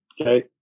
okay